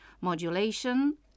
modulation